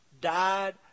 died